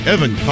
Evan